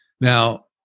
Now